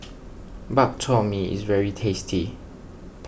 Bak Chor Mee is very tasty